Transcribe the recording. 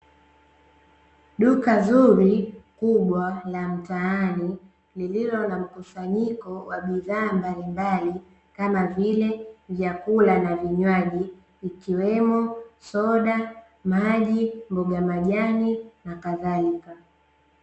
Duka zuri, kubwa la mtaani, lililo na mkusanyiko wa bidhaa mbalimbali, kama vile vyakula na vinywaji ,ikiwemo soda ,maji, mboga majani nakadhalika.